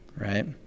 Right